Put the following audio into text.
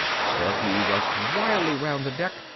starkey rushed wildly round the deck,